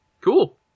Cool